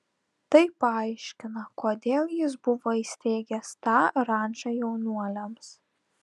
tai paaiškina kodėl jis buvo įsteigęs tą rančą jaunuoliams